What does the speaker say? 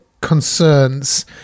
concerns